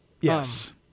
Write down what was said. Yes